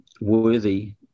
worthy